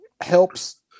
helps